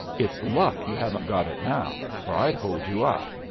it's luck you haven't got it now, or i'd hold you up.